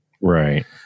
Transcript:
Right